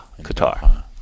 Qatar